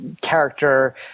character